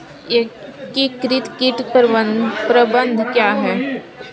एकीकृत कीट प्रबंधन क्या है?